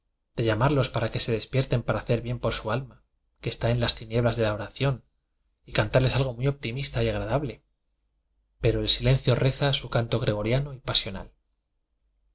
de llamarlos para que se despierten para hacer bien por su alma que está en las tinieblas de la oración y cantarles algo muy optimista y agradable pero el silencio reza su canto gregoriano y pasional